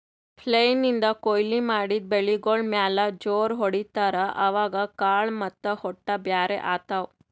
flail ನಿಂದ್ ಕೊಯ್ಲಿ ಮಾಡಿದ್ ಬೆಳಿಗೋಳ್ ಮ್ಯಾಲ್ ಜೋರ್ ಹೊಡಿತಾರ್, ಅವಾಗ್ ಕಾಳ್ ಮತ್ತ್ ಹೊಟ್ಟ ಬ್ಯಾರ್ ಆತವ್